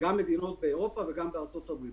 גם מדינות באירופה וגם בארצות הברית.